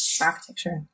architecture